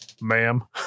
Ma'am